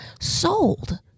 sold